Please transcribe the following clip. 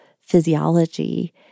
physiology